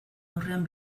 aurrean